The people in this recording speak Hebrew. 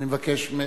בבקשה,